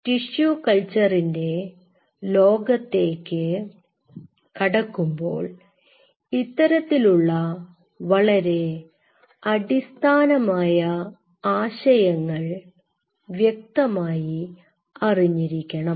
ടിഷ്യുകൾച്ചറിന്റെ ലോകത്തേക്ക് കടക്കുമ്പോൾ ഇത്തരത്തിലുള്ള വളരെ അടിസ്ഥാനമായ ആശയങ്ങൾ വ്യക്തമായി അറിഞ്ഞിരിക്കണം